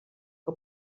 que